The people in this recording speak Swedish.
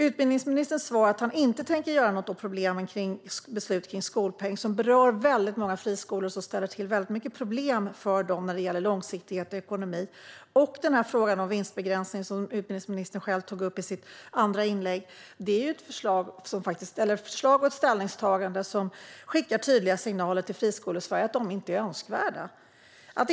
Utbildningsministerns svar är att han inte tänker göra något åt problemet med beslut kring skolpeng, som berör väldigt många friskolor och ställer till mycket problem för dem när det gäller långsiktighet och ekonomi. Och förslaget om vinstbegränsning, som utbildningsministern själv tog upp i sitt andra inlägg, är ett ställningstagande som skickar tydliga signaler till friskolor i Sverige att de inte är önskvärda.